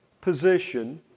position